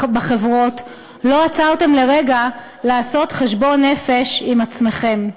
לא עצרתם לרגע לעשות חשבון נפש עם עצמכם.